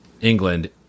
England